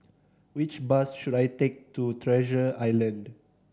which bus should I take to Treasure Island